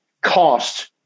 cost